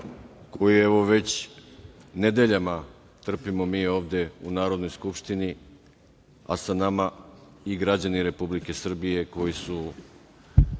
koji evo već nedeljama trpimo mi ovde u Narodnoj skupštini, a sa nama i građani Republike Srbije koji su